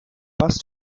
bus